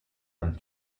dal